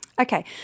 Okay